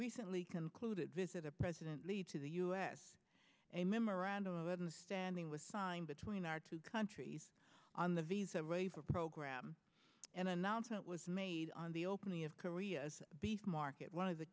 recently concluded visit of president lee to the u s a memorandum of understanding was signed between our two countries on the visa ready for program an announcement was made on the opening of korea's beef market one of the